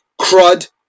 Crud